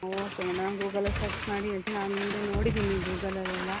okay madam ಗೂಗಲಲ್ಲಿ search ಮಾಡಿ ಹೇಳ್ತೀನಿ ನಾನು ಹಿಂದೆ ನೋಡಿದ್ದೀನಿ ಗೂಗಲಲೆಲ್ಲ